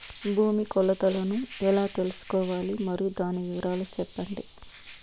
భూమి కొలతలను ఎలా తెల్సుకోవాలి? మరియు దాని వివరాలు సెప్పండి?